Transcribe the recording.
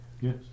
Yes